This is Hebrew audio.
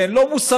שהן לא מוסריות,